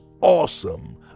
awesome